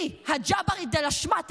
היא הג'ברית דה לה שמאטע,